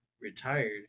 retired